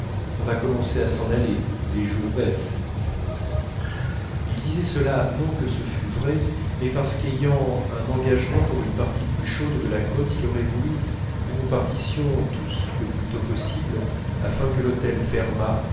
on va commencer à s'en aller les jours baissent il disait cela non que ce fût vrai mais parce qu'ayant un engagement pour une partie plus chaude de la côte il aurait voulu nous voir partir tous le plus tôt possible afin que l'hôtel fermât